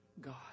God